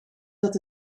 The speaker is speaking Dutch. dat